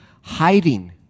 hiding